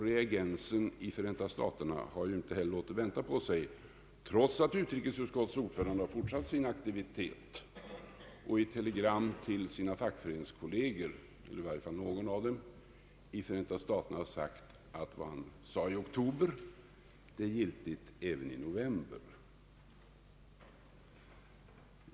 Reaktionen i Förenta staterna har inte låtit vänta på sig, trots att utrikesutskottets ordförande fortsatt sin aktivitet och i telegram till sina fackföreningskolleger — eller i varje fall någon av dem — betonat att det han sade i oktober är giltigt även i november.